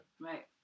Right